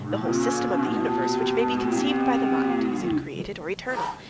the whole system of the universe, which may be conceived by the mind, is it created or eternal?